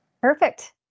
Perfect